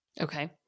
Okay